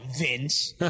Vince